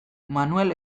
manuel